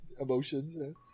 emotions